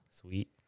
Sweet